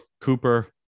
Cooper